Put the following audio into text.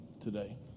today